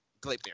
Gleipnir